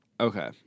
Okay